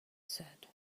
said